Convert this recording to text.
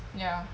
ya